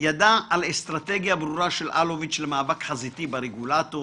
ידע על אסטרטגיה ברורה של אלוביץ' למאבק חזיתי ברגולטור